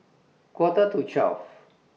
Quarter to twelve